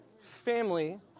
family